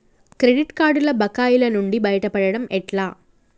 Credit కార్డుల బకాయిల నుండి బయటపడటం ఎట్లా?